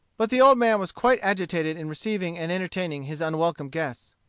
but the old man was quite agitated in receiving and entertaining his unwelcome guests.